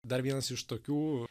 dar vienas iš tokių